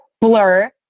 blur